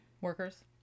Workers